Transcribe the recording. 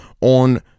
on